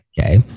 Okay